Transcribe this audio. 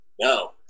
no